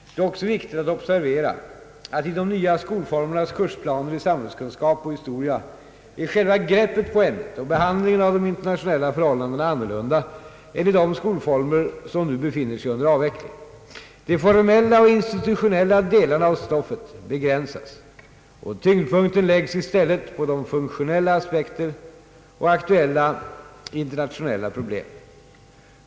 Det är också viktigt att observera att i de nya skolformernas kursplaner i samhällskunskap och historia är själva greppet på ämnet och behandlingen av de internationella förhållandena annorlunda än i de skolformer som nu befinner sig under avveckling. De formella och institutionella delarna av stoffet begränsas och tyngdpunkten läggs i stället på funktionella aspekter och aktuella internationella problem.